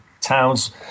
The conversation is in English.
towns